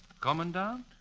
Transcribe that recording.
Commandant